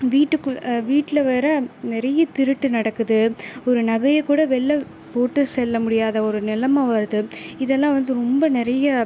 வீட்டுக்குள்ளே வீட்டில் வேறு நிறைய திருட்டு நடக்குது ஒரு நகையை கூட வெளில போட்டு செல்ல முடியாத ஒரு நிலம வருது இதெல்லாம் வந்து ரொம்ப நிறைய